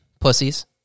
pussies